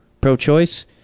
pro-choice